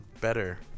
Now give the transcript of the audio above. better